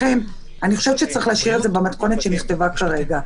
לכן אני חושבת שצריך להשאיר את זה במתכונת שנכתבה כרגע.